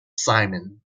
simon